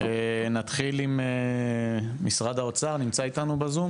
נתחיל עם משרד האוצר, נמצא איתנו בזום?